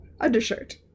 Undershirt